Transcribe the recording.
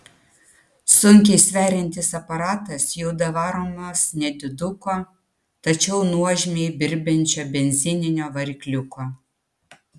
sunkiai sveriantis aparatas juda varomas nediduko tačiau nuožmiai birbiančio benzininio varikliuko